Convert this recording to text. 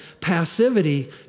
passivity